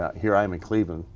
here i am in cleveland.